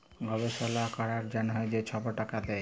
গবেষলা ক্যরার জ্যনহে যে ছব টাকা দেয়